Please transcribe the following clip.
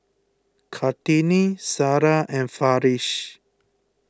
Kartini Sarah and Farish